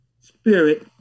Spirit